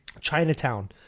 Chinatown